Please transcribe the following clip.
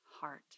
heart